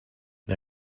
the